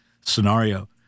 scenario